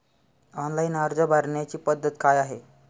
Online अर्ज भरण्याची पद्धत काय आहे?